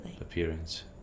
Appearance